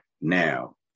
now